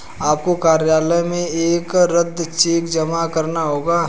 आपको कार्यालय में एक रद्द चेक जमा करना होगा